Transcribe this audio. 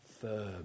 firm